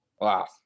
wow